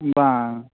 ᱵᱟᱝ